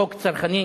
חוק צרכני.